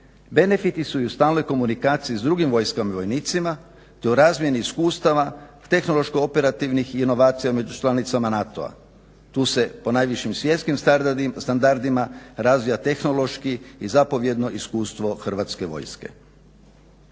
Benefiti su i u stalnoj komunikaciji s drugim vojskama i vojnicima, te u razmjeni iskustava, tehnološko-operativnih i inovacija među članicama NATO-a. Tu se po najviši svjetskim standardima razvija tehnološki i zapovjedno iskustvo Hrvatske vojske.